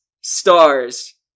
Stars